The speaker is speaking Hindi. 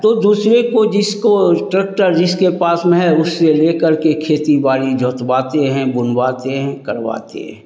तो दूसरे को जिसको ट्रक्टर जिसके पास में है उससे लेकर के खेती बाड़ी जोतवाते हैं बुनवाते हैं करवाते हैं